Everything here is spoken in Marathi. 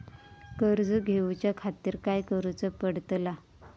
कर्ज घेऊच्या खातीर काय करुचा पडतला?